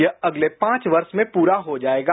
यह अगले पांच वर्ष में पूरा हो जायेगा